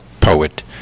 poet